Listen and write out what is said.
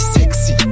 Sexy